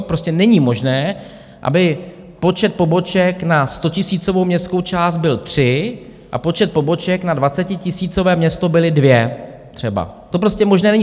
Prostě není možné, aby počet poboček na stotisícovou městskou část byl tři a počet poboček na dvacetitisícové město byly dvě třeba, to prostě možné není.